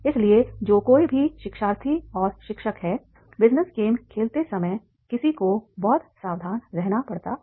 इसलिए जो कोई भी शिक्षार्थी और शिक्षक हैं बिजनेस गेम खेलते समय किसी को बहुत सावधान रहना पड़ता है